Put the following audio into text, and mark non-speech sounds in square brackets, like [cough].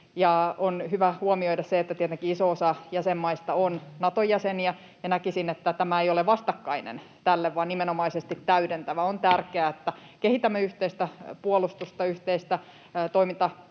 On hyvä huomioida se, että tietenkin iso osa jäsenmaista on Naton jäseniä, ja näkisin, että tämä ei ole vastakkainen tälle vaan nimenomaisesti täydentävä. [noise] On tärkeää, että kehitämme yhteistä puolustusta, yhteistä toimintakykyä ja